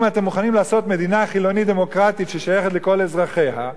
אם אתם מוכנים לעשות מדינה חילונית דמוקרטית ששייכת לכל אזרחיה,